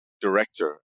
director